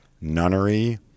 nunnery